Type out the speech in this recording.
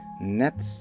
net